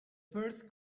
first